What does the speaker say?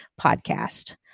podcast